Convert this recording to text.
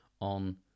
on